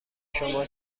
شما